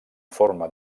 forma